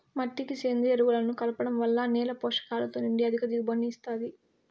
మట్టికి సేంద్రీయ ఎరువులను కలపడం వల్ల నేల పోషకాలతో నిండి అధిక దిగుబడిని ఇస్తాది